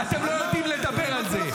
אפילו באנגלית אתם לא יודעים לדבר על זה.